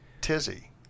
tizzy